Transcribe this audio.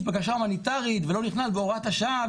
בקשה הומניטארית ולא נכנס בהוראת השעה,